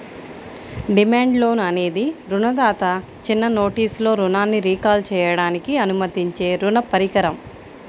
demand loan అనేది రుణదాత చిన్న నోటీసులో రుణాన్ని రీకాల్ చేయడానికి అనుమతించే రుణ పరికరం